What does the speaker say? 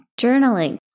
journaling